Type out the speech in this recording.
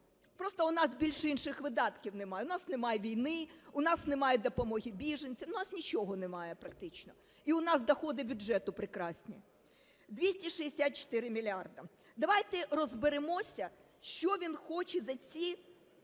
Просто у нас більше інших видатків немає: у нас немає війни, у нас немає допомоги біженцям, у нас нічого немає практично. І у нас доходи бюджету прекрасні. 264 мільярди. Давайте розберемося, що він хоче за ці